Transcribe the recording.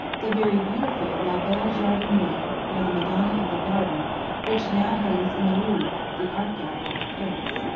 the very beautiful la belle jardiniere, or the madonna of the garden which now hangs in the louvre, the art gallery of paris.